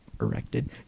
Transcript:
erected